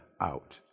out